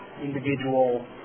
individual